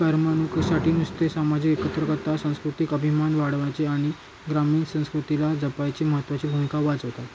करमणूकीसाठी नुसते सामाजिक एकत्रितता सांस्कृतिक अभिमान वाढवायची आणि ग्रामीण संस्कृतीला जपायची महत्त्वाची भूमिका वाचवतात